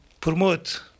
promote